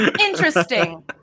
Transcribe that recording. Interesting